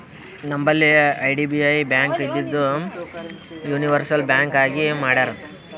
ನಂಬಲ್ಲಿ IDBI bank ಇದ್ದಿದು universal bank ಆಗಿ ಮಾಡ್ಯಾರ್